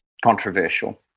controversial